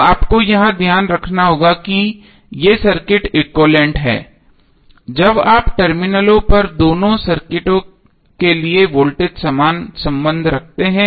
तो आपको यह ध्यान रखना होगा कि ये सर्किट एक्विवैलेन्ट हैं जब आप टर्मिनल पर दोनों सर्किटों के लिए वोल्टेज समान संबंध रखते हैं